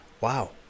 wow